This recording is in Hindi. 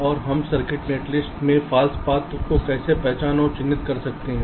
और हम सर्किट नेटलिस्ट में फॉल्स पाथ्स को कैसे पहचान और चिह्नित कर सकते हैं